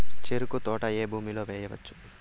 చెరుకు తోట ఏ భూమిలో వేయవచ్చు?